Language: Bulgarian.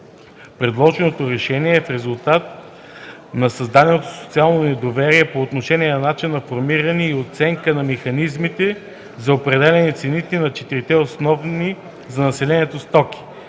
предложеното решение е в резултат на създаденото социално недоверие по отношение начина на формиране и оценка на механизмите за определяне на цените на четирите основни за населението стоки: